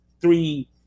three